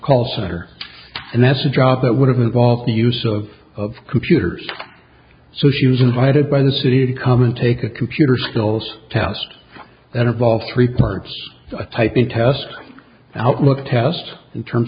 call center and that's a job that would have involved the use of computers so she was invited by the city to come and take a computer skills test that involves three parts a typing test outlook test in terms